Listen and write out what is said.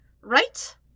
Right